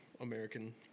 American